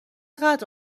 قدر